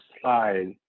slide